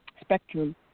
spectrum